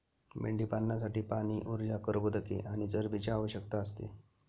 मेंढीपालनासाठी पाणी, ऊर्जा, कर्बोदके आणि चरबीची आवश्यकता असते